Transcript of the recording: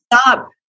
stop